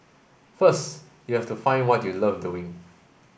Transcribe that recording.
first you have to find what you love doing